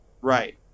right